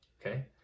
Okay